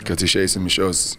kad išeisim iš jos